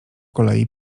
kolei